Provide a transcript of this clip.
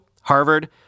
Harvard